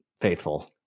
faithful